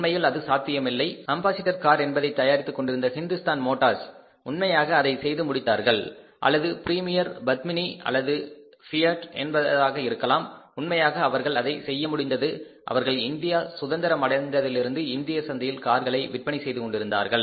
உண்மையில் அது சாத்தியமில்லை சாத்தியமானது அம்பாசிடர் கார் என்பதை தயாரித்துக் கொண்டிருந்த ஹிந்துஸ்தான் மோட்டார்ஸ் உண்மையாக அதை செய்து முடித்தார்கள் அல்லது பிரீமியர் பத்மினி அல்லது ஃபியட் என்பதாக இருக்கலாம் உண்மையாக அவர்களால் அதை செய்ய முடிந்தது அவர்கள் இந்தியா சுதந்திரம் அடைந்ததிலிருந்து இந்திய சந்தையில் கார்களை விற்பனை செய்துகொண்டிருந்தார்கள்